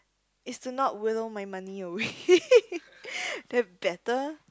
is to not will my money away to have better